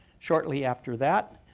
shortly after that,